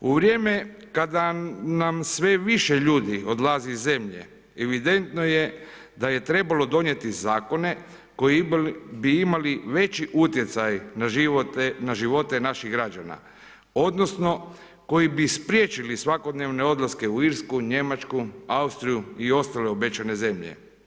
U vrijeme kada nam sve više ljudi odlazi iz zemlje evidentno je da je trebalo donijeti zakone koje bi imali veći utjecaj na živote naših građana, odnosno koji bi spriječili svakodnevne odlaske u Irsku, Njemačku, Austriju i ostale obećane zemlje.